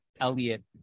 Elliot